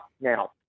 now